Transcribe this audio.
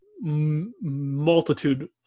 multitude